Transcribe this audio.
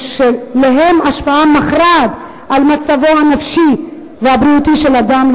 שלהן השפעה מכרעת על מצבו הנפשי והבריאותי של האדם.